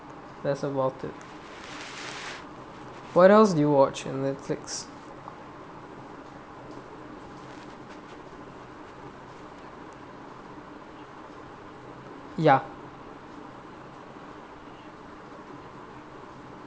that's about it what else do you watch in Netflix ya